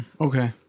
Okay